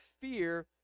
fear